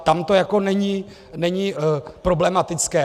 Tam to jako není problematické.